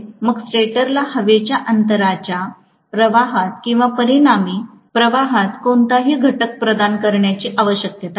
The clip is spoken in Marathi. मग स्टेटरला हवेच्या अंतराच्या प्रवाहात किंवा परिणामी प्रवाहात कोणताही घटक प्रदान करण्याची आवश्यकता नाही